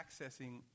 accessing